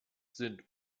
sind